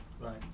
Right